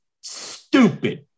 Stupid